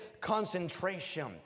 concentration